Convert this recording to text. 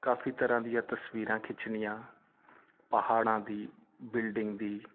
ਕਾਫੀ ਤਰ੍ਹਾਂ ਦੀਆਂ ਤਸਵੀਰਾਂ ਖਿੱਚਣੀਆਂ ਪਹਾੜਾਂ ਦੀ ਬਿਲਡਿੰਗ ਦੀ